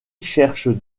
cherche